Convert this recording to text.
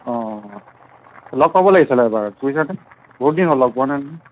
লগ পাব লাগিছিলে এবাৰ বুইছানে বহুত দিন হ'ল লগ পোৱা নাই নহয়